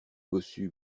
bossu